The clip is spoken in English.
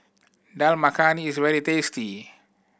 Dal Makhani is very tasty